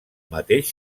mateix